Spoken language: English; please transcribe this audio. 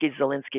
Zelensky